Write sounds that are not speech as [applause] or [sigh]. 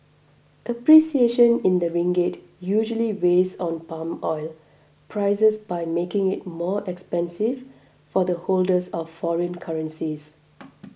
appreciation in the ringgit usually weighs on palm oil prices by making it more expensive for the holders of foreign currencies [noise]